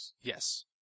Yes